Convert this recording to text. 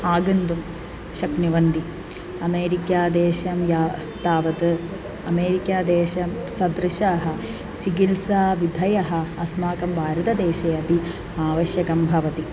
आगन्तुं शक्नुवन्ति अमेरिक्यादेशं या तावत् अमेरिक्यादेशं सदृशाः चिकित्साविधयः अस्माकं भारतदेशे अपि आवश्यकं भवति